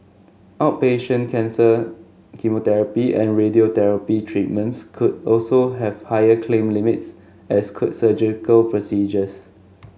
outpatient cancer chemotherapy and radiotherapy treatments could also have higher claim limits as could surgical procedures